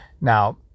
Now